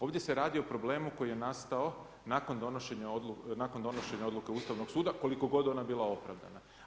Ovdje se radi o problemu koji je nastao nakon donošenja odluke Ustavnog suda, koliko god ona bila opravdana.